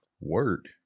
Word